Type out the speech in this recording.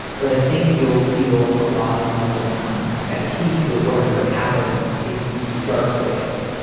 but i think you'll feel a lot more um at peace with whatever happens if you start with.